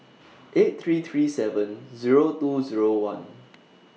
eight three three seven Zero two Zero one